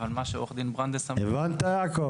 אבל מה שעורכת הדין ברנדס אמרה --- הבנת יעקב?